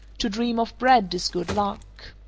to dream of bread is good luck.